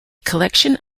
collection